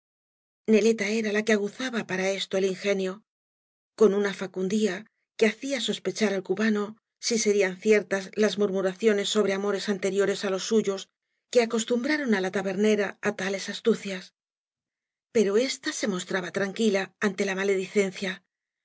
esto el ingenio con una facundia que hacía sospechar al cubano si serían ciertas las murmuraciones sobre amores anteriores á los suyos que acostumbraron á la tabernera á tales astucias pero ésta se mostraba tranquila ante la maledicencia